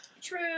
True